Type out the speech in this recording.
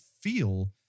feel